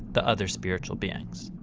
the other spiritual beings.